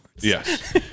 Yes